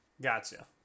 gotcha